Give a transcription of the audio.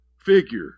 figure